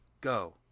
go